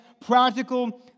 practical